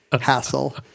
hassle